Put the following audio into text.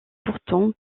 pourtant